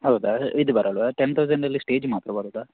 ಹೌದಾ ಇದು ಬರಲ್ಲವಾ ಟೆನ್ ತೌಸಂಡಲ್ಲಿ ಸ್ಟೇಜ್ ಮಾತ್ರ ಬರೋದಾ